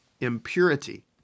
impurity